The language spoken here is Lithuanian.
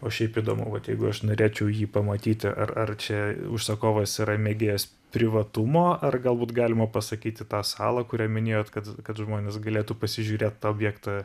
o šiaip įdomu vat jeigu aš norėčiau jį pamatyti ar ar čia užsakovas yra mėgėjas privatumo ar galbūt galima pasakyti tą salą kurią minėjot kad kad žmonės galėtų pasižiūrėt tą objektą